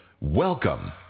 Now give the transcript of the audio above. Welcome